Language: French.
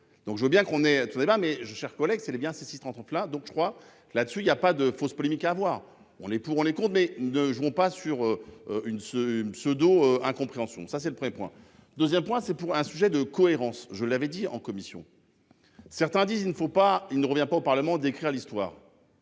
Donc je veux bien qu'on ait tout débat mais j'chers collègues c'est c'était bien si rentres plein donc, je crois là dessus il y a pas de fausse polémique. À voir, on est pour les comptes, mais ne jouons pas sur une ce pseudo-incompréhension, ça c'est le vrai point 2ème point c'est pour un sujet de cohérence. Je l'avais dit en commission. Certains disent il ne faut pas il ne revient pas au Parlement d'écrire l'histoire.